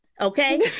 okay